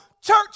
church